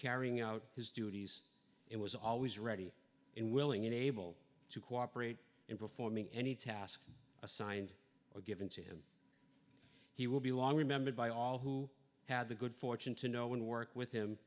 carrying out his duties it was always ready and willing and able to cooperate in performing any task assigned were given to him he will be long remembered by all who had the good fortune to know when to work with him